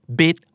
bit